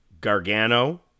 Gargano